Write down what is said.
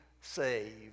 saved